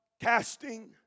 casting